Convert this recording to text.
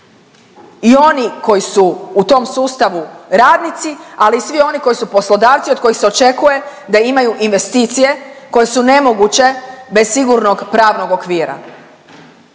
I oni koji su u tom sustavu radnici, ali i svi oni koji su poslodavci od kojih se očekuje da imaju investicije koje su nemoguće bez sigurnog pravnog okvira.